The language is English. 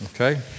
Okay